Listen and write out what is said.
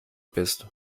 bist